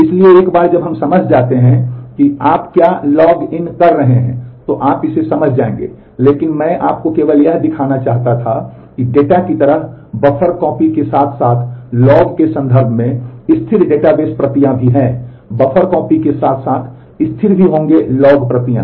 इसलिए एक बार जब हम समझ जाते हैं कि आप क्या लॉग इन कर रहे हैं तो आप इसे समझ जाएंगे लेकिन मैं आपको केवल यह दिखाना चाहता था कि डेटा की तरह बफर कॉपी के साथ साथ लॉग के संदर्भ में स्थिर डेटाबेस प्रतियां भी हैं बफर कॉपी के साथ साथ स्थिर भी होंगे लॉग प्रतियां